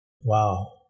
Wow